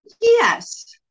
Yes